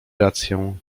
rację